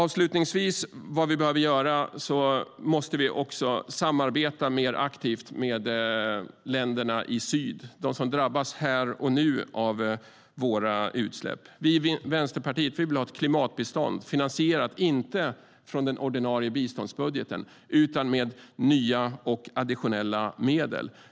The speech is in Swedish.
Vi måste också samarbeta mer aktivt med länderna i syd, de som drabbas här och nu av våra utsläpp. Vi i Vänsterpartiet vill ha ett klimatbistånd, finansierat inte från den ordinarie biståndsbudgeten utan med nya och additionella medel.